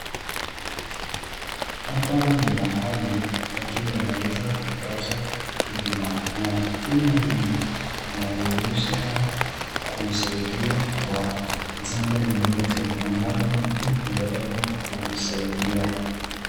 Hapa ni mahali watu wanaweza kupata huduma na huduma hii inawezesha kusaidiwa kwa jambo lolote ambalo mtu angetaka kusaidiwa.